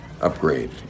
upgrade